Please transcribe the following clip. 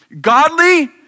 godly